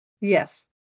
Yes